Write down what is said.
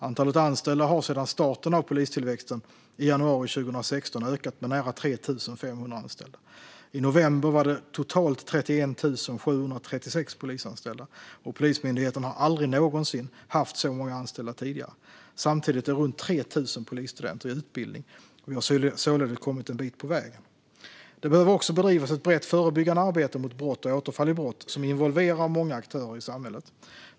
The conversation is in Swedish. Antalet anställda har sedan starten av polistillväxten i januari 2016 ökat med nära 3 500. I november var det totalt 31 736 polisanställda. Polismyndigheten har aldrig tidigare haft så många anställda. Samtidigt är runt 3 000 polisstudenter i utbildning. Man har således kommit en bit på väg. Det behöver också bedrivas ett brett förebyggande arbete mot brott och återfall i brott som involverar många aktörer i samhället.